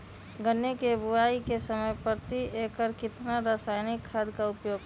गन्ने की बुवाई के समय प्रति एकड़ कितना रासायनिक खाद का उपयोग करें?